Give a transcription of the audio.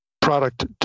product